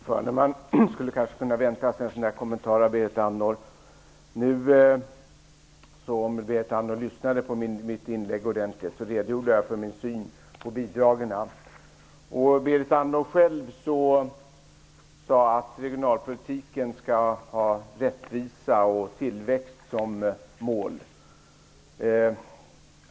Herr talman! Man kunde kanske förvänta sig en sådan kommentar av Berit Andnor. Om Berit Andnor lyssnade ordentligt på mitt inlägg så redogjorde jag för min syn på bidragen. Berit Andnor sade själv att regionalpolitiken skall ha rättvisa och tillväxt som mål.